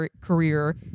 career